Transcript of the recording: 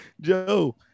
Joe